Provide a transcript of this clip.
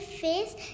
face